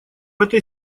этой